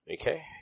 Okay